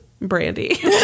Brandy